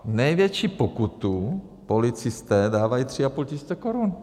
Největší pokutu policisté dávají 3,5 tisíce korun.